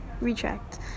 retract